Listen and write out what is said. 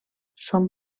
són